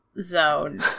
zone